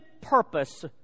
purpose